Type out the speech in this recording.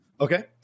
Okay